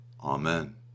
Amen